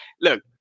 Look